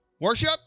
Worship